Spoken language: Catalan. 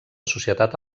societat